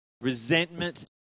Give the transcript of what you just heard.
resentment